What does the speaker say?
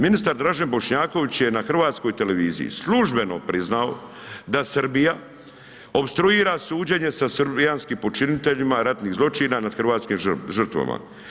Ministar Dražen Bošnjaković je na Hrvatskoj televiziji, službeno priznao da Srbija opstruira suđenje sa srbijanskim počiniteljima, ratnim zloćina nad hrvatskim žrtvama.